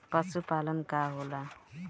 पशुपलन का होला?